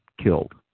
killed